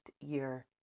year